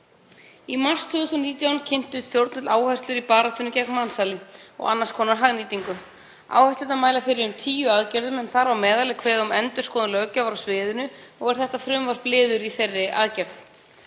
Í mars 2019 kynntu stjórnvöld áherslur í baráttunni gegn mansali og annars konar hagnýtingu. Áherslurnar mæla fyrir um tíu aðgerðir. Þar á meðal er kveðið á um endurskoðun löggjafar á sviðinu og er frumvarpið liður í þeirri aðgerð.